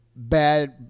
Bad